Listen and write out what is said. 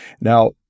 Now